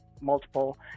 multiple